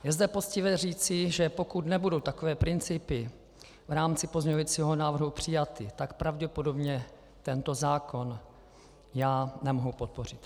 Je zde poctivé říci, že pokud nebudou takové principy v rámci pozměňujícího návrhu přijaty, tak pravděpodobně tento zákon nemohu podpořit.